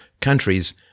countries